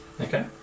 Okay